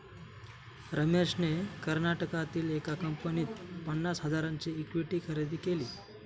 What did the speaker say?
रमेशने कर्नाटकातील एका कंपनीत पन्नास हजारांची इक्विटी खरेदी केली